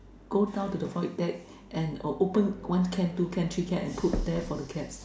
go down to the void deck and open one can two can three can and put there for the cat